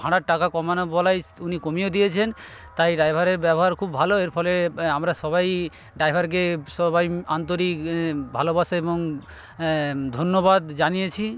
ভাড়ার টাকা কমানো বলায় উনি কমিয়ে দিয়েছেন তাই ড্রাইভারের ব্যবহার খুব ভালো এর ফলে আমরা সবাই ড্রাইভারকে সবাই আন্তরিক ভালোবাসা এবং ধন্যবাদ জানিয়েছি